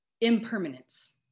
impermanence